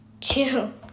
two